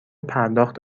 پرداخت